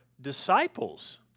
disciples